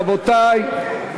רבותי.